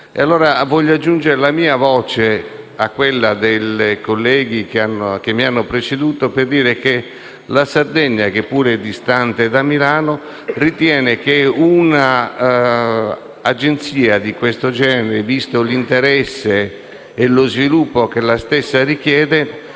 Voglio aggiungere allora la mia voce a quella dei colleghi che mi hanno preceduto per dire che la Sardegna, che pure è distante da Milano, ritiene che un'Agenzia di questo genere, visto il suo interesse e lo sviluppo che la stessa richiede,